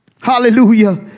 Hallelujah